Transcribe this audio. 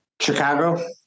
Chicago